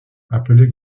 appelée